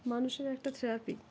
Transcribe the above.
মানুষের একটা থেরাপি